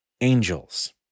angels